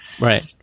Right